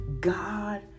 God